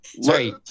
Sorry